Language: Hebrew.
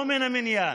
לא מן המניין,